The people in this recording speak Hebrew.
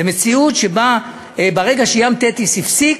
זו מציאות שבה ברגע ש"ים תטיס" נפסק,